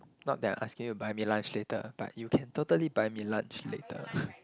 not that I asking you buy me lunch later but you can totally buy me lunch later